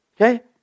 okay